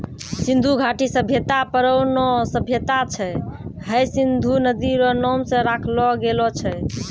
सिन्धु घाटी सभ्यता परौनो सभ्यता छै हय सिन्धु नदी रो नाम से राखलो गेलो छै